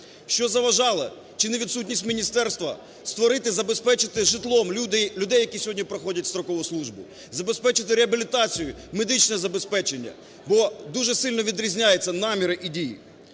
Що заважало, чи не відсутність міністерства, створити, забезпечити житлом людей, які сьогодні проходять строкову службу, забезпечити реабілітацію, медичне забезпечення? Бо дуже сильно відрізняються наміри і дії.